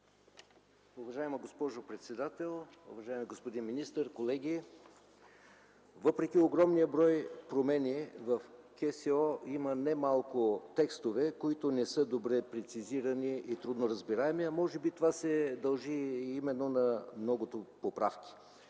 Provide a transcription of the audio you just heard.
Уважаема госпожо председател, уважаеми господин министър, колеги! Въпреки огромния брой промени в КСО има немалко текстове, които не са добре прецизирани и трудно разбираеми, но може би това се дължи именно на многото поправки.